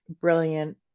brilliant